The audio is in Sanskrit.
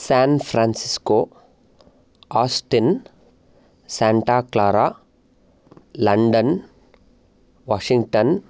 San Francisco Austin Santa Clara London Washington